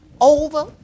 over